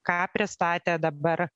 ką pristatė dabar